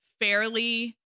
fairly